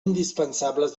indispensables